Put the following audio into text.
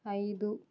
ఐదు